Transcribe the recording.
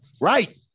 Right